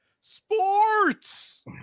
Sports